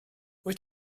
wyt